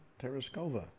Tereskova